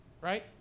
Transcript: Right